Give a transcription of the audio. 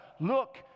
Look